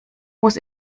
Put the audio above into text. muss